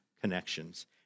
connections